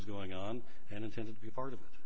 was going on and intended to be part of